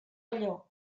allò